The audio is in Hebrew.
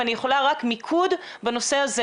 אם אני יכולה רק מיקוד בנושא הזה,